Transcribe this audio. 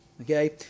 Okay